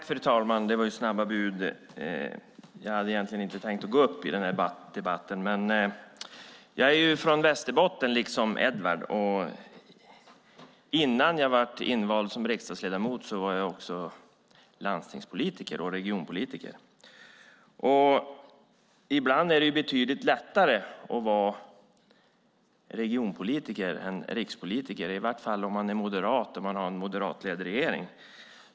Fru talman! Jag hade egentligen inte tänkt gå upp i den här debatten, men jag vill göra ett viktigt påpekande. Jag är från Västerbotten, precis som Edward, och innan jag blev invald som riksdagsledamot var jag landstingspolitiker och regionpolitiker. Ibland är det betydligt lättare att vara regionpolitiker än att vara rikspolitiker, i varje fall om man är moderat och har en moderatledd regering.